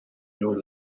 your